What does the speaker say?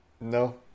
no